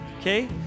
Okay